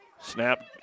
Snap